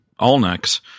Allnex